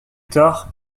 tard